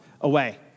away